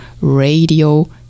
radio